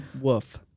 woof